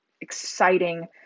exciting